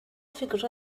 figured